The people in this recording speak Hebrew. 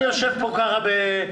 אני במקרה בקיא,